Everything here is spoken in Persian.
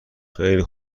خیلی